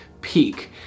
peak